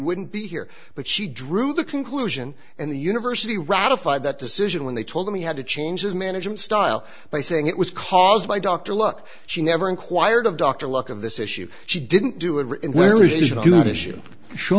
wouldn't be here but she drew the conclusion and the university ratified that decision when they told him he had to change his management style by saying it was caused by doctor look she never inquired of dr look of this issue she didn't do it